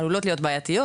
עלולות להיות בעיתיות.